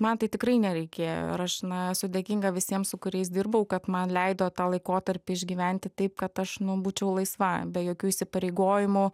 man tai tikrai nereikėjo ir aš na esu dėkinga visiems su kuriais dirbau kad man leido tą laikotarpį išgyventi taip kad aš nu būčiau laisva be jokių įsipareigojimų